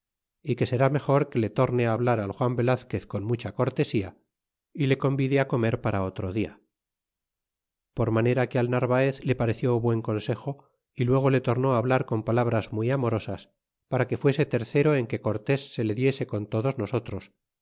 y que será mejor que le torne hablar al juan velazquez con mucha cortesía y le convide á comer para otro dia por manera que al narvaez le pareció buen consejo y luego le tornó hablar con palabras muy amorosas para que fuese tercero en que cortés se le diese con todos nosotros